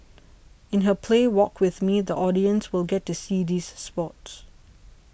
in her play Walk with Me the audience will get to see these spots